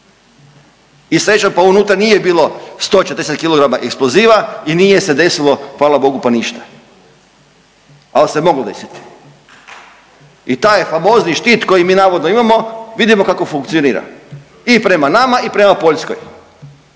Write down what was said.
I srećom pa unutra nije bilo 140 kg eksploziva i nije se desilo hvala Bogu pa ništa. Ali se moglo desiti. I taj je famozni štit koji mi navodno imamo vidimo kako funkcionira i prema nama i prema Poljskoj